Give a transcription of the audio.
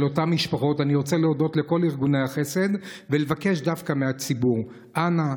אני רוצה להודות לכל ארגוני החסד ולבקש דווקא מהציבור: אנא,